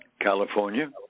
California